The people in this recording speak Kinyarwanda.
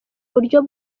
buryo